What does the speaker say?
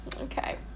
Okay